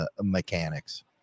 mechanics